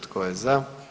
Tko je za?